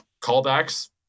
callbacks